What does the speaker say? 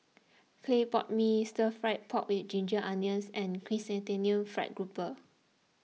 Clay Pot Mee Stir Fried Pork with Ginger Onions and Chrysanthemum Fried Grouper